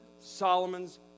Solomon's